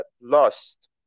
lost